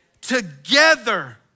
Together